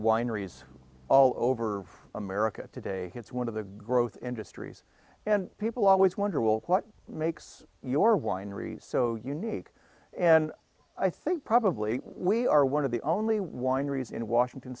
wineries all over america today it's one of the growth industries and people always wonder will what makes your wineries so unique and i think probably we are one of the only wineries in washington